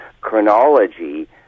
chronology